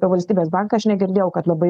apie valstybės banką aš negirdėjau kad labai